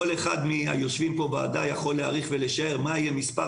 כל אחד מהיושבים פה יכול להעריך ולשער מה יהיה מספר